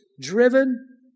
driven